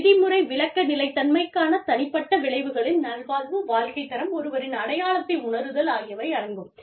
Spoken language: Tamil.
விதிமுறை விளக்க நிலைத்தன்மைக்கான தனிப்பட்ட விளைவுகளில் நல்வாழ்வு வாழ்க்கைத் தரம் ஒருவரின் அடையாளத்தை உணருதல் ஆகியவை அடங்கும்